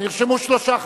נרשמו שלושה חברים.